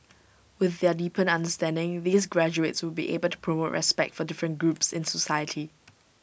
with their deepened understanding these graduates would be able to promote respect for different groups in society